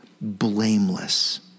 blameless